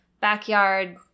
backyard